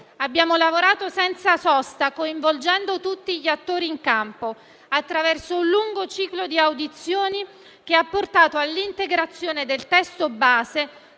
Abbiamo lavorato senza sosta coinvolgendo tutti gli attori in campo attraverso un lungo ciclo di audizioni che ha portato all'integrazione del testo base